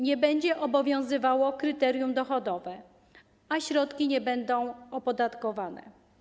Nie będzie obowiązywało kryterium dochodowe, a środki nie będą opodatkowane.